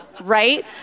right